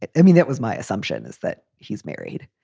i mean, that was my assumption, is that he's married.